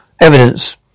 Evidence